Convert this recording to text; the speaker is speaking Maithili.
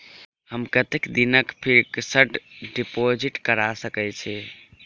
हम कतेक दिनक फिक्स्ड डिपोजिट करा सकैत छी?